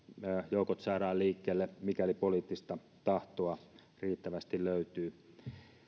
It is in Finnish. joukot saadaan liikkeelle mikäli poliittista tahtoa riittävästi löytyy